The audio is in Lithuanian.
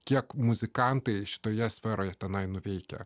kiek muzikantai šitoje sferoje tenai nuveikę